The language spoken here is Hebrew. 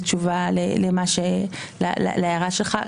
בתשובה להערה שלך,